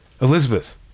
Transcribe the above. Elizabeth